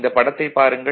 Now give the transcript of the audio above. இந்த படத்தைப் பாருங்கள்